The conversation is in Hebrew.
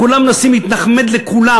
כולם מנסים להתנחמד לכולם,